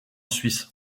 suisse